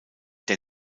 der